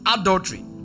Adultery